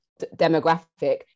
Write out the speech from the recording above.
demographic